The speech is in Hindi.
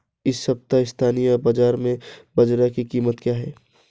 इस सप्ताह स्थानीय बाज़ार में बाजरा की कीमत क्या है?